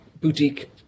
boutique